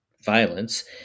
violence